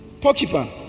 Porcupine